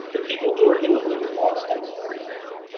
the people who are in the room at austin